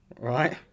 right